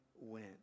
went